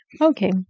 Okay